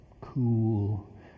cool